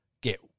get